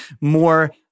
more